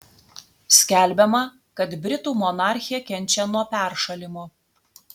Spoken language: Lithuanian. skelbiama kad britų monarchė kenčia nuo peršalimo